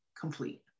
complete